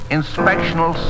inspectional